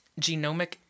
genomic